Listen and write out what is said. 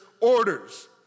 orders